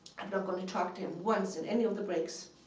and not going to talk to him once in any of the breaks.